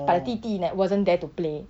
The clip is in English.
but the 弟弟 that wasn't there to play